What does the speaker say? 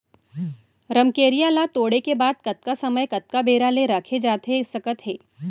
रमकेरिया ला तोड़े के बाद कतका समय कतका बेरा ले रखे जाथे सकत हे?